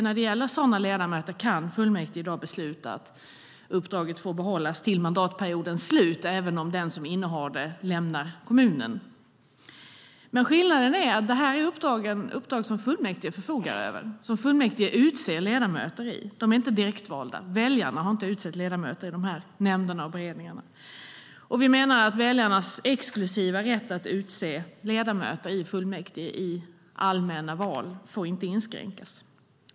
När det gäller sådana ledamöter kan fullmäktige i dag besluta att uppdraget får behållas till mandatperiodens slut, även om den som innehar det lämnar kommunen. Skillnaden är dock att det här är uppdrag som fullmäktige förfogar över och utser ledamöter till. De är inte direktvalda. Väljarna har inte utsett ledamöter i de här nämnderna och beredningarna. Vi menar att väljarnas exklusiva rätt att utse ledamöter i fullmäktige i allmänna val inte får inskränkas.